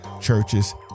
churches